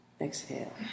exhale